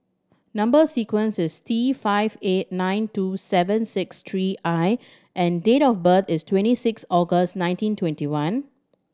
number sequence is T five eight nine two seven six three I and date of birth is twenty six August nineteen twenty one